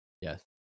Yes